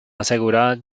asegura